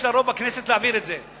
יש לה רוב בכנסת להעביר את זה,